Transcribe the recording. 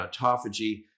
autophagy